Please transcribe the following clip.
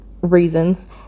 reasons